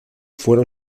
fueron